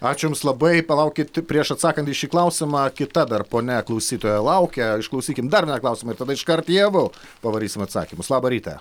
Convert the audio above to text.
ačiū jums labai palaukit prieš atsakant į šį klausimą kita dar ponia klausytoja laukia išklausykim dar vieną klausimą ir tada iškart į abu pavarysim atsakymus labą rytą